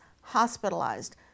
hospitalized